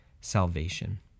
salvation